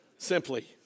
Simply